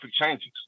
changes